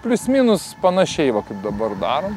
plius minus panašiai va kaip dabar darom